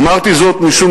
אמרתי זאת משום